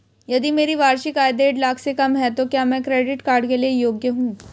यदि मेरी वार्षिक आय देढ़ लाख से कम है तो क्या मैं क्रेडिट कार्ड के लिए योग्य हूँ?